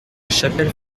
chapelle